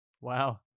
Wow